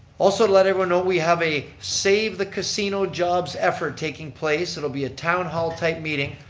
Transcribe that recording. also to let everyone know, we have a save the casino jobs effort taking place. it'll be a town hall type meeting,